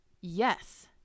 Yes